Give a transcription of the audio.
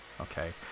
okay